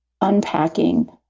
unpacking